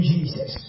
Jesus